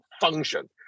function